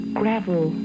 gravel